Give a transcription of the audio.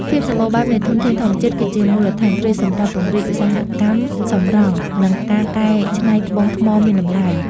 ភាពសម្បូរបែបនៃធនធានធម្មជាតិគឺជាមូលដ្ឋានគ្រឹះសម្រាប់ពង្រីកឧស្សាហកម្មសម្រង់ និងការកែច្នៃត្បូងថ្មមានតម្លៃ។